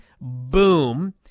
boom